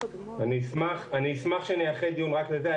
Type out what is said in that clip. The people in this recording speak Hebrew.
אני אשמח שנייחד דיון רק לנושא הזה.